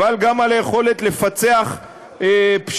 אבל גם על היכולת לפצח פשיעה.